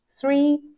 three